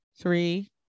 three